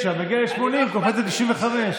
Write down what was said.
רחב אופקים ומלא בעשייה".